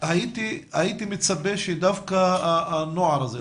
הייתי מצפה שדווקא הנוער הזה,